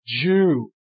Jew